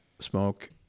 smoke